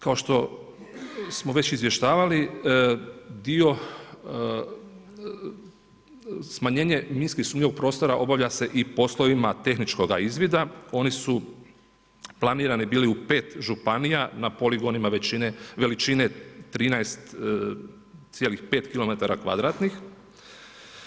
Kao što smo već izvještavali, dio smanjenje minskog sumnjivog prostora, obavlja se i poslova tehničkoga izvida, oni su planirani bili u 5 županija, na poligonima, veličine 13,5 km2.